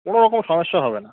কোনোরকম সমস্যা হবে না